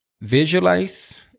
visualize